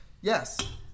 yes